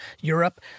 Europe